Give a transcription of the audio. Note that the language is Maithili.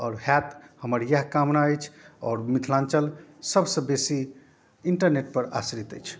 आओर हैत हमर इएह कामना अछि आओर मिथिलाञ्चल सबसँ बेसी इन्टरनेटपर आश्रित अछि